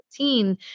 2015